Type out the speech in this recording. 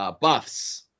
buffs